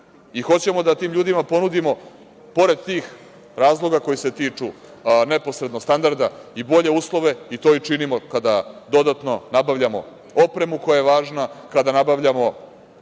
hoćemo da tim ljudima ponudimo, pored tih razloga koji se tiču neposredno standarda, bolje uslove i to i činimo kada dodatno nabavljamo opremu koja je važna, kada nabavljamo